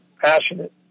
passionate